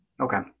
Okay